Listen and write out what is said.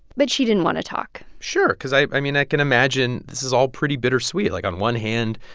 but she didn't want to talk sure because, i mean, i can imagine this is all pretty bittersweet. like on one hand,